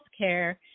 healthcare